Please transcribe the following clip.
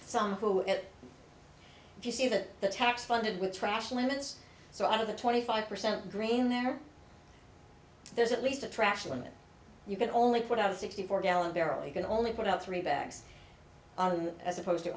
some who get if you see that the tax funded with trash limits so out of the twenty five percent green there there's at least a trash limit you can only put out a sixty four gallon barrel you can only put out three bags as opposed to